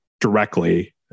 directly